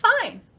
fine